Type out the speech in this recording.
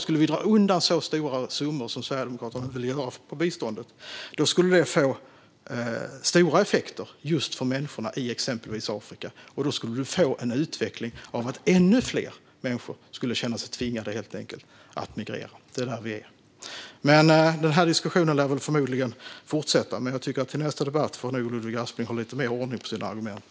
Skulle vi dra undan så stora summor från biståndet som Sverigedemokraterna vill skulle det såklart få stora effekter för människorna i exempelvis Afrika, och det skulle leda till att ännu fler människor skulle känna sig tvingade att migrera. Det är där vi är. Den här diskussionen kommer förmodligen att fortsätta, men jag tycker att till nästa debatt får Ludvig Aspling ha lite mer ordning på sina argument.